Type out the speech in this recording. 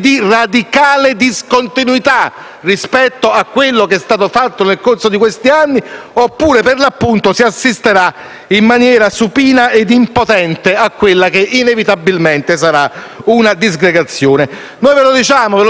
di radicale discontinuità rispetto a quanto è stato fatto nel corso di questi anni, oppure si assisterà in maniera supina e impotente a quella che, inevitabilmente, sarà una disgregazione. Noi ve lo